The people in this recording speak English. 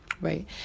Right